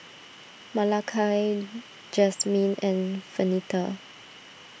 Malakai Jasmyne and Venita